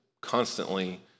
constantly